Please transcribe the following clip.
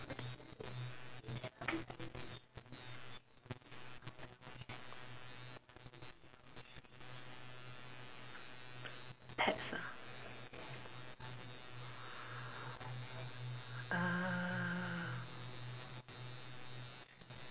pets ah uh